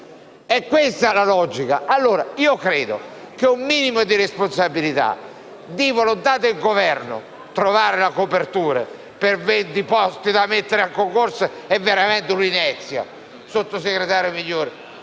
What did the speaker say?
Questa è la logica. È necessario un minimo di responsabilità e di volontà del Governo. Trovare la copertura per venti posti da mettere a concorso è veramente un'inezia, sottosegretario Migliore.